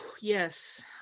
yes